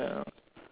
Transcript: hmm